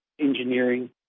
engineering